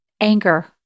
anger